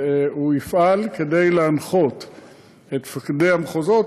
והוא יפעל כדי להנחות את מפקדי המחוזות,